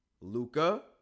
Luca